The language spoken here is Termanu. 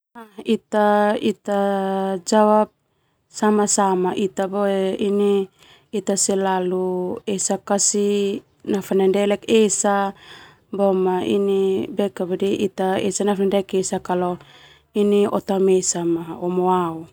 Ita jawab sama-sama ita boe selalu esa kasih nafandedelek esa boma kalo ndia tamesan na fa.